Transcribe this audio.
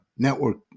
network